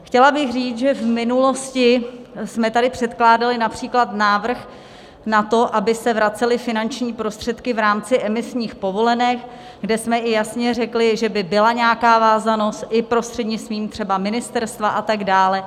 Chtěla bych říct, že v minulosti jsme tady předkládali například návrh na to, aby se vracely finanční prostředky v rámci emisních povolenek, kde jsme i jasně řekli, že by byla nějaká vázanost třeba i prostřednictvím ministerstva, a tak dále.